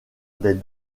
des